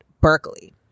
berkeley